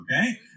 Okay